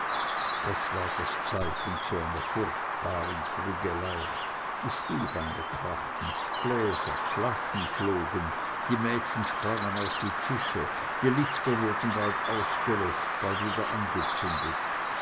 das war das zeichen zu einer furchtbaren prügelei die stuhlbeine krachten gläser flaschen flogen die mädchen sprangen auf die tische die lichter wurden bald ausgelöscht bald angezündet